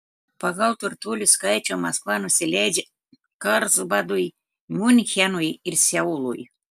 pagal turtuolių skaičių maskva nusileidžia karlsbadui miunchenui ir seului